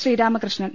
Sreeramakrishnan